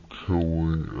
killing